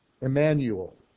Emmanuel